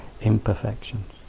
imperfections